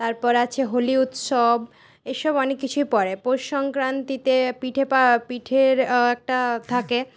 তারপর আছে হোলি উৎসব এইসব অনেক কিছুই পরে পৌষ সংক্রান্তিতে পিঠে পা পিঠের একটা থাকে